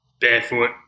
barefoot